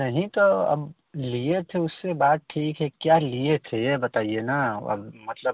नहीं तो अब लिए थे उससे बात ठीक है क्या लिए थे यह बताइए ना अब मतलब